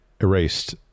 erased